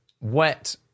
wet